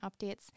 updates